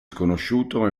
sconosciuto